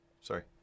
Sorry